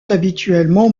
habituellement